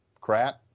crap